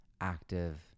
active